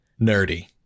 nerdy